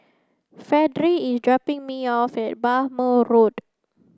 Fredie is dropping me off at Bhamo Road